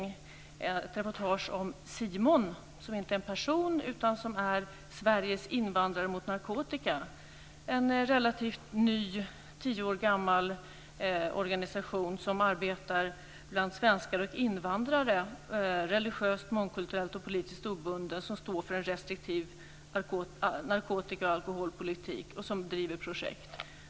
Det var ett reportage om SIMON, som inte är en person utan Sveriges invandrare mot narkotika. Det är en relativt ny, tio år gammal, organisation som arbetar bland svenskar och invandrare. Det är en mångkulturell, religiöst och politiskt obunden organisation som står för en restriktiv narkotikaoch alkoholpolitik och som driver projekt.